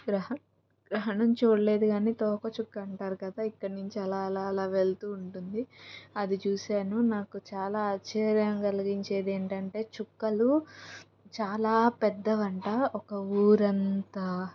గ్రహ గ్రహణం చూడలేదు కానీ తోకచుక్క అంటారు కదా ఇక్కడ నుంచి అలా అలా అలా వెళుతు ఉంటుంది అది చూశాను నాకు చాలా ఆశ్చర్యం కలిగించేది ఏంటంటే చుక్కలు చాలా పెద్దవి అంటా ఒక ఊరంత